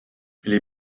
les